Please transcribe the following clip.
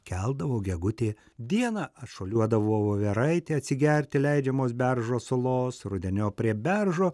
keldavo gegutė dieną atšuoliuodavo voveraitė atsigerti leidžiamos beržo sulos rudeniop prie beržo